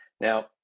Now